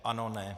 Ano ne.